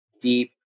Deep